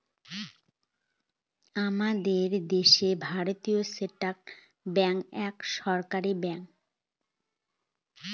আমাদের দেশে ভারতীয় স্টেট ব্যাঙ্ক এক সরকারি ব্যাঙ্ক